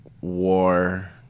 war